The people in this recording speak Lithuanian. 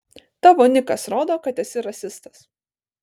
tavo nikas rodo kad esi rasistas